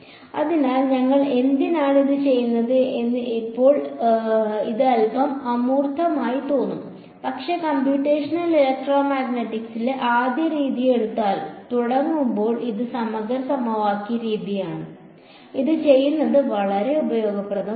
അതിനാൽ ഞങ്ങൾ എന്തിനാണ് ഇത് ചെയ്യുന്നത് എന്ന് ഇപ്പോൾ ഇത് അൽപ്പം അമൂർത്തമായി തോന്നും പക്ഷേ കമ്പ്യൂട്ടേഷണൽ ഇലക്ട്രോമാഗ്നറ്റിക് ലെ ആദ്യ രീതി എടുക്കാൻ തുടങ്ങുമ്പോൾ ഇത് സമഗ്ര സമവാക്യ രീതിയാണ് ഇത് ചെയ്യുന്നത് വളരെ ഉപയോഗപ്രദമാകും